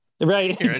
Right